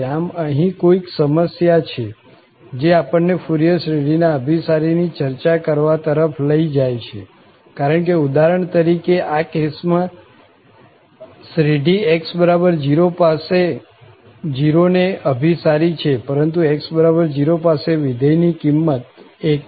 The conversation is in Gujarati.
આમ અહીં કોઈક સમસ્યા છે જે આપણ ને ફુરિયર શ્રેઢીના અભિસારી ની ચર્ચા કરવા તરફ લઇ જાય છે કારણ કે ઉદાહરણ તરીકે આ કેસ માં શ્રેઢી x0 પાસે 0 ને અભિસારી છે પરંતુ x0 પાસે વિધેય ની કિંમત 1 છે